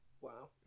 Wow